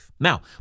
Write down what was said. Now